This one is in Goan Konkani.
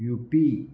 युपी